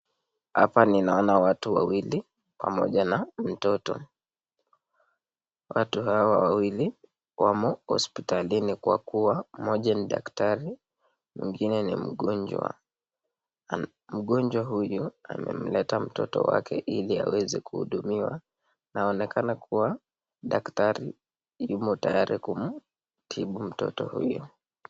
Hapa ninanona watu wawili pamoja na mtoto. Watu hawa wawili wamo hospitalini kwa kuwa moja ni daktari, mwingine ni mgonjwa. Mgonjwa huyu amemleta mtoto wake ili aweze kuhudumiwa. Inaonekana kuwa daktari yumo tayari kumtibu mtoto huyu.